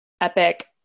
epic